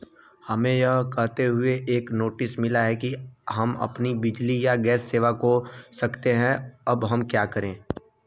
हमें यह कहते हुए एक नोटिस मिला कि हम अपनी बिजली या गैस सेवा खो सकते हैं अब हम क्या करें?